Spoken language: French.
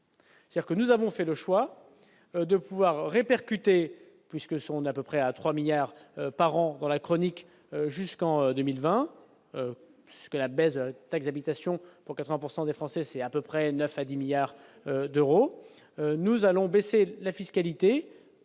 Dire que nous avons fait le choix de pouvoir répercuter puisque son à peu près à 3 milliards par an dans la chronique jusqu'en 2020, ce que la baisse de la taxe habitation pour 80 pourcent des des Français, c'est à peu près 9 à 10 milliards d'euros, nous allons baisser la fiscalité